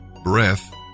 Breath